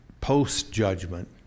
post-judgment